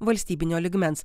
valstybinio lygmens